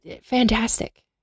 Fantastic